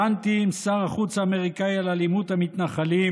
דנתי עם שר החוץ האמריקאי על אלימות המתנחלים,